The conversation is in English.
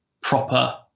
proper